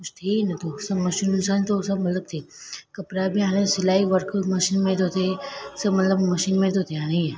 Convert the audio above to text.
कुझु थिये ई नथो सभु मशीनुनि सां ई थो सभु मतलबु थिए कपिड़ा बि हाणे सिलाई वर्क मशीन में थो थिए सभु मतलबु मशीन में थो थिए हाणे हीअं